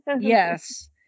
yes